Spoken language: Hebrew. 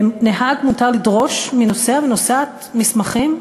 לנהג מותר לדרוש מנוסע ומנוסעת מסמכים?